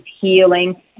healing